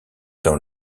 dans